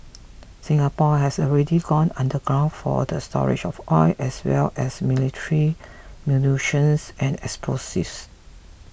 Singapore has already gone underground for the storage of oil as well as military munitions and explosives